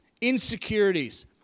insecurities